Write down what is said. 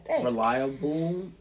reliable